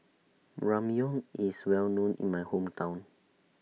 Ramyeon IS Well known in My Hometown